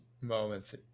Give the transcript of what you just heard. moments